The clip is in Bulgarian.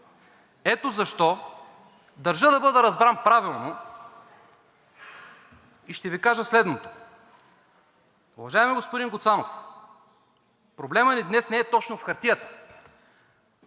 Ето защо държа да бъда разбран правилно и ще Ви кажа следното: Уважаеми господин Гуцанов, проблемът ни днес не е точно в хартията,